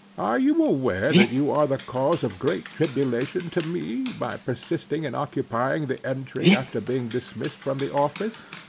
are you aware that you are the cause of great tribulation to me, by persisting in occupying the entry after being dismissed from the office?